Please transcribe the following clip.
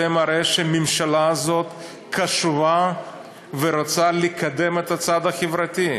זה מראה שהממשלה הזאת קשובה ורוצה לקדם את הצד החברתי.